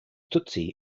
tutsi